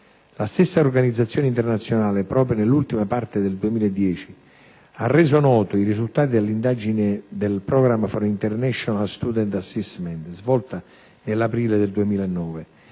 La stessa organizzazione internazionale, proprio nell'ultima parte del 2010, ha reso noti i risultati dell'indagine PISA (*Programme for international student assessment*) svolta nell'aprile 2009.